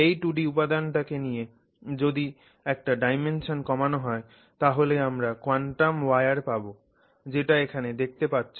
এই 2 ডি উপাদানটাকে নিয়ে যদি একটা ডাইমেনশন কমানো হয় তাহলে আমরা কোয়ান্টাম ওয়্যার পাবো যেটা এখানে দেখতে পাচ্ছ